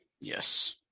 Yes